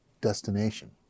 destination